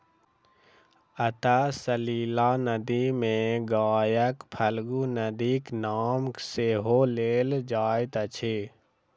अंतः सलिला नदी मे गयाक फल्गु नदीक नाम सेहो लेल जाइत अछि